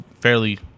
fairly